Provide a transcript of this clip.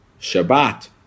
Shabbat